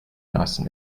nice